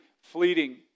fleeting